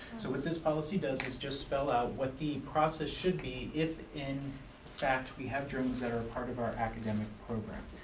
so what this policy does is just spell out what the process should be if in fact we have drones that are a part of our academic program.